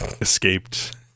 escaped